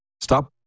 Stop